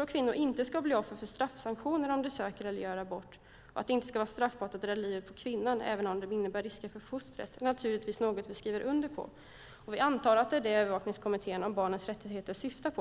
och kvinnor inte ska bli offer för straffsanktioner om de söker eller gör en abort och att det inte ska vara straffbart att rädda livet på kvinnan även om det innebär risker för fostret är naturligtvis något vi skriver under på. Vi antar att det är det som övervakningskommittén om barnets rättigheter syftar på.